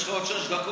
יש לך עוד שש דקות.